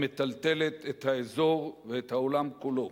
המטלטלת את האזור ואת העולם כולו.